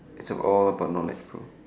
it's all about knowledge bro